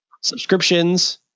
subscriptions